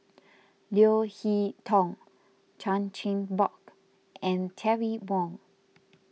Leo Hee Tong Chan Chin Bock and Terry Wong